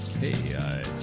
Hey